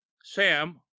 Sam